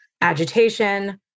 agitation